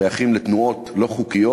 שייכים לתנועות לא חוקיות.